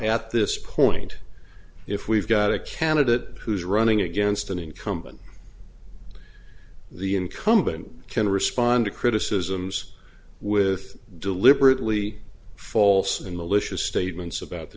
at this point if we've got a candidate who's running against an incumbent the incumbent can respond to criticisms with deliberately false and malicious statements about the